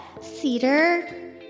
Cedar